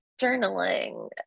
journaling